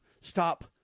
stop